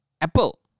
Apple